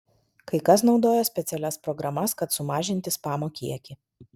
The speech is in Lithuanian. kai kas naudoja specialias programas kad sumažinti spamo kiekį